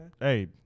Hey